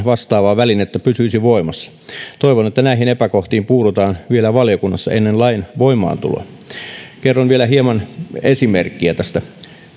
vastaavaa välinettä pysyisi voimassa toivon että näihin epäkohtiin puututaan vielä valiokunnassa ennen lain voimaantuloa kerron vielä hieman esimerkkiä tästä